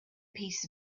piece